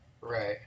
Right